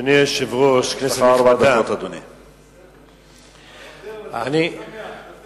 אדוני היושב-ראש, כנסת נכבדה, קשה לי כבר